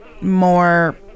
more